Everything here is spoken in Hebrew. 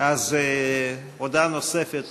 הודעה נוספת